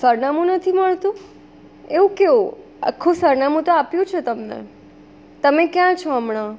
સરનામું નથી મળતું એવું કેવું આખું સરનામું તો આપ્યું છે તમને તમે ક્યાં છો હમણાં